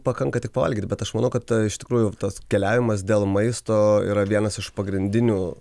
pakanka tik pavalgyti bet aš manau kad iš tikrųjų tas keliavimas dėl maisto yra vienas iš pagrindinių